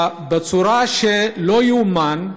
בצורה שלא תיאמן,